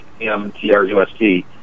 M-T-R-U-S-T